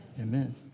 Amen